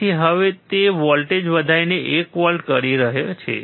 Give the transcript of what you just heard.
તેથી હવે તે વોલ્ટેજ વધારીને 1 વોલ્ટ કરી રહ્યો છે